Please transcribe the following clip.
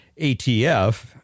ATF